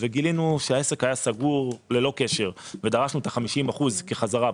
וגילינו שהעסק היה סגור ללא קשר ודרשנו את ה-50% בחזרה,